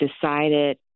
decided